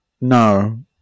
No